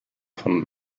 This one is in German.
von